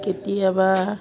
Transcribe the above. কেতিয়াবা